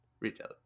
retail